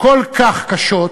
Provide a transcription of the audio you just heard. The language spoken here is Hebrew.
כל כך קשות,